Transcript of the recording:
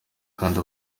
kandi